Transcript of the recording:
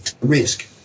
risk